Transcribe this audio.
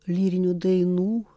lyrinių dainų